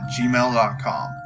gmail.com